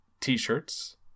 T-shirts